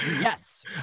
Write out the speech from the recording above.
yes